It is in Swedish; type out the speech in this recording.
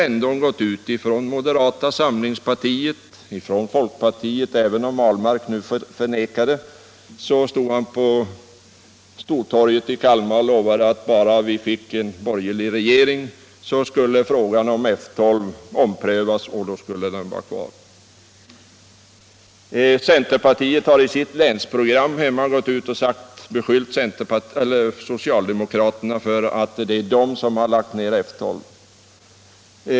Även om herr Ahlmark nu förnekar det stod han på Stortorget i Kalmar och förklarade att bara vi fick en borgerlig regering skulle frågan om F 12 omprövas och flottiljen skulle få vara kvar. Centerpartiet har i sitt länsprogram hemma beskyllt socialdemokraterna för att det är de som lagt ned F 12.